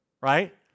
right